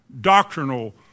doctrinal